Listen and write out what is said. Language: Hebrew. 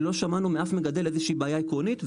לא שמענו מאף מגדל איזו שהיא בעיה עקרונית.